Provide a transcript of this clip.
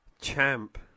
champ